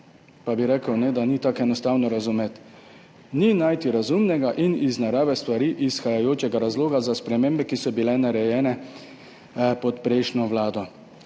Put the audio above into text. Pa bi rekel, da ni tako enostavno razumeti, ni najti razumnega in iz narave stvari izhajajočega razloga za spremembe, ki so bile narejene pod prejšnjo vlado.